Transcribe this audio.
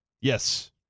Yes